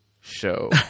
show